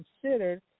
considered